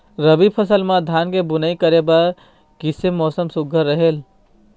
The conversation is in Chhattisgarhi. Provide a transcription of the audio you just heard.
रबी फसल म धान के बुनई करे बर किसे मौसम सुघ्घर रहेल?